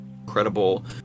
Incredible